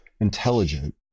intelligent